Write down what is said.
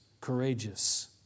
courageous